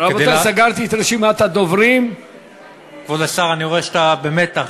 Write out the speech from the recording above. כבוד השר, אני רואה שאתה במתח.